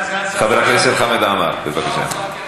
חבר הכנסת חמד עמאר, בבקשה.